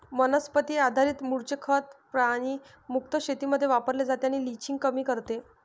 वनस्पती आधारित मूळचे खत प्राणी मुक्त शेतीमध्ये वापरले जाते आणि लिचिंग कमी करते